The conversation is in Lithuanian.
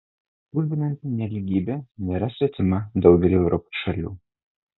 stulbinanti nelygybė nėra svetima daugeliui europos šalių